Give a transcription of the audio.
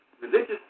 religious